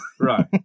right